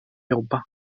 jobba